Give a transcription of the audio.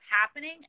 happening